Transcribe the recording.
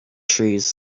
trees